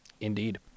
Indeed